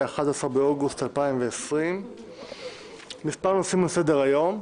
11 באוגוסט 2020. מספר נושאים על סדר-היום,